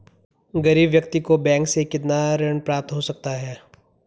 गरीब व्यक्ति को बैंक से कितना ऋण प्राप्त हो सकता है?